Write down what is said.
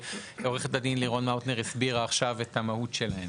ושעורכת הדין לירון מאוטנר הסבירה עכשיו את המהות שלהן.